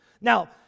Now